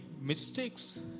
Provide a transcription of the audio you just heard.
mistakes